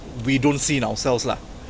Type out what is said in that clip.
we don't see in ourselves lah